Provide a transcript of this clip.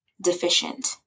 deficient